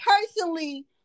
personally